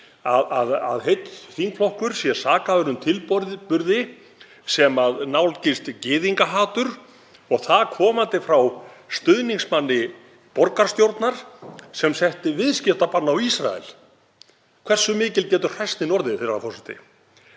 að heill þingflokkur sé sakaður um tilburði sem nálgist gyðingahatur, og það komandi frá stuðningsmanni borgarstjórnar sem setti viðskiptabann á Ísrael. Hversu mikil getur hræsnin orðið, herra forseti?